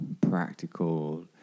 practical